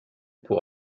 pour